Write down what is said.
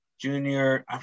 junior